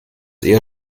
eher